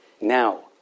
now